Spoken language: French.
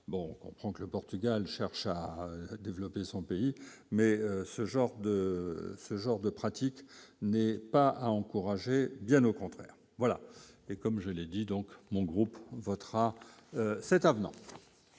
bon, on comprend que le Portugal cherche à développer son pays mais ce genre de ce genre de pratique n'est pas à encourager, bien au contraire, voilà et comme je l'dis donc, mon groupe votera cet avenant.